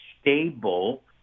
stable